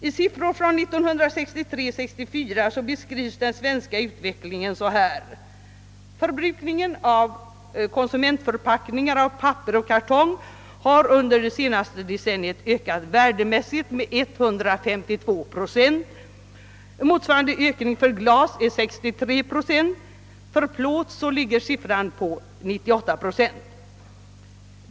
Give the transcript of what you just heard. I siffror från 1963/64 beskrivs den svenska utvecklingen på följande sätt: Förbrukningen av konsumentförpackningar av papper och kartong har under det senaste decenniet ökat värdemässigt med 152 procent. Motsvarande ökning för glas är 63 procent. För plåt ligger siffran på 98 procent.